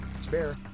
Spare